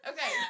Okay